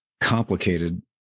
complicated